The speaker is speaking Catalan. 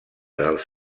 dels